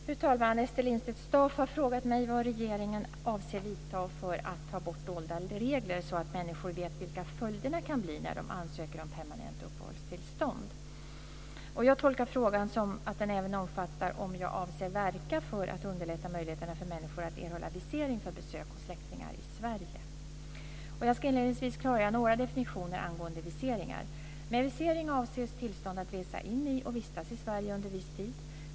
Fru talman! Ester Lindstedt-Staaf har frågat mig vilka åtgärder regeringen avser att vidta för att ta bort dolda regler, så att människor vet vilka följderna kan bli när de ansöker om permanent uppehållstillstånd. Jag tolkar frågan som att den även omfattar om jag avser att verka för att underlätta möjligheterna för människor att erhålla visering för besök hos släktingar i Sverige. Jag ska inledningsvis klargöra några definitioner angående viseringar. Med visering avses tillstånd att resa in i och vistas i Sverige under viss tid.